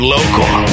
Local